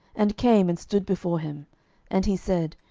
and came, and stood before him and he said,